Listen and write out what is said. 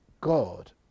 God